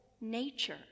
nature